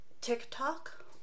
TikTok